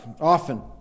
often